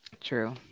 True